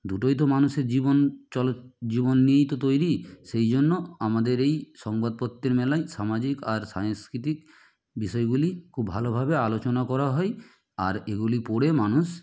দুটোই তো মানুষের জীবন চলো জীবন নিয়েই তো তৈরি সেই জন্য আমাদের এই সংবাদপত্রের মেলায় সামাজিক আর সাংস্কৃতিক বিষয়গুলি খুব ভালোভাবে আলোচনা করা হয় আর এগুলি পড়ে মানুষ